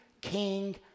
King